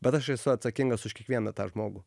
bet aš esu atsakingas už kiekvieną tą žmogų